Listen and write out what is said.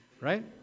Right